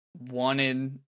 wanted